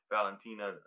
Valentina